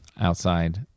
outside